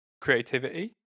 creativity